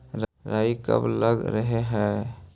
राई कब लग रहे है?